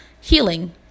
healing